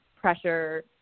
pressure